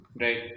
Right